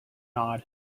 nod